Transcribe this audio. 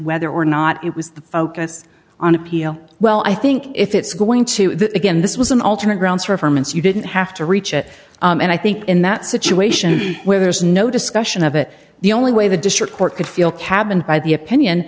whether or not it was the focus on appeal well i think if it's going to the again this was an alternate grounds for hermance you didn't have to reach it and i think in that situation where there is no discussion of it the only way the district court could feel cabined by the opinion